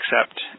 accept